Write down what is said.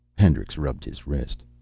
hendricks rubbed his wrist.